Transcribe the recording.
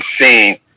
seen